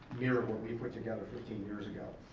mirror what we put together fifteen years ago.